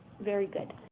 very good.